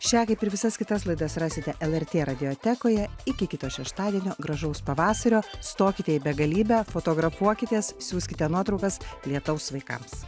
šią kaip ir visas kitas laidas rasite lrt radiotekoje iki kito šeštadienio gražaus pavasario stokite į begalybę fotografuokitės siųskite nuotraukas lietaus vaikams